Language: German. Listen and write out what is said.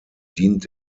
dient